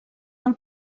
del